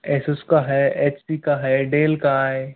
Asus का है H P का है डेल का है